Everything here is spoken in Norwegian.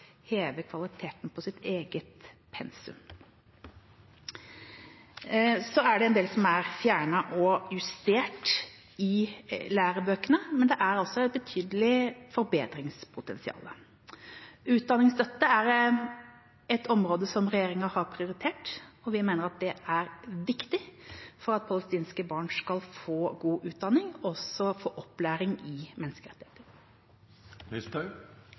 heve kvaliteten på sitt eget pensum. Så er det en del som er fjernet og justert i lærebøkene, men det er altså et betydelig forbedringspotensial. Utdanningsstøtte er et område som regjeringa har prioritert, for vi mener at det er viktig for at palestinske barn skal få god utdanning, og også få opplæring i menneskerettigheter.